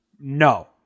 No